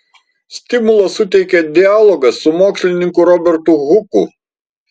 stimulą suteikė dialogas su mokslininku robertu huku